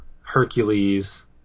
Hercules